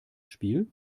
spiel